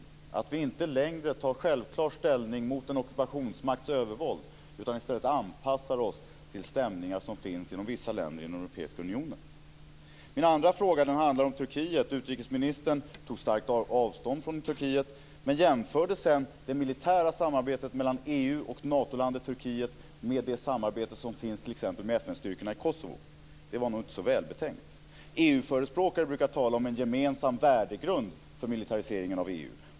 Kommer vi att se att vi inte längre tar självklar ställning mot en ockupationsmakts övervåld utan i stället anpassar oss till stämningar som finns inom vissa länder i den europeiska unionen? Min andra fråga handlar om Turkiet. Utrikesministern tog starkt avstånd från Turkiet men jämförde sedan det militära samarbetet mellan EU och Natolandet Turkiet med det samarbete som finns t.ex. med FN-styrkorna i Kosovo. Det var nog inte så välbetänkt. EU-förespråkare brukar tala om en gemensam värdegrund för militariseringen av EU.